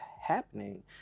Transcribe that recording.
happening